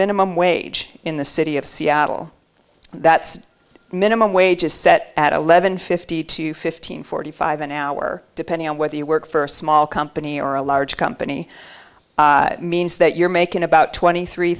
minimum wage in the city of c that minimum wage is set at eleven fifty to fifteen forty five an hour depending on whether you work for a small company or a large company means that you're making about twenty three